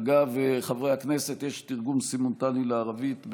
אגב, חברי הכנסת, יש תרגום סימולטני לערבית.